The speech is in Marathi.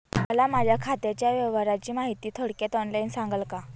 मला माझ्या खात्याच्या व्यवहाराची माहिती थोडक्यात ऑनलाईन सांगाल का?